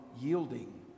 yielding